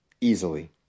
easily